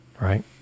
right